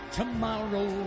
tomorrow